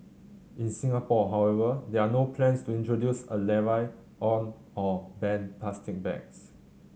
in Singapore however there are no plans to introduce a levy on or ban plastic bags